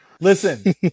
Listen